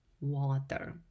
water